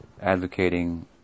advocating